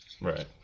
Right